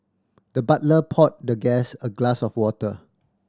the butler poured the guest a glass of water